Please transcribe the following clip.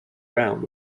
round